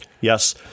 yes